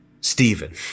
Stephen